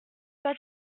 pas